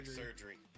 surgery